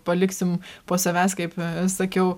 paliksim po savęs kaip sakiau